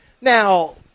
Now